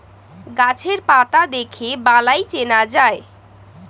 গাছের পাতা দেখে বালাই চেনা যায়